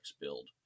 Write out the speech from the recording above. build